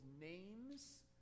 names